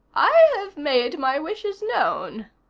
i have made my wishes known,